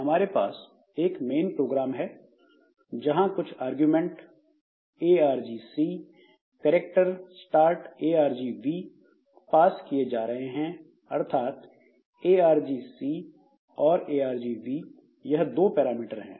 हमारे पास एक मेन प्रोग्राम है जहां कुछ अरगुमेंट argc charargv पास किए जा रहे हैं अर्थात argc और argv यह दो पैरामीटर है